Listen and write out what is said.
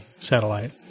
satellite